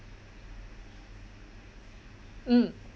mm